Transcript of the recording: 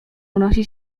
unosi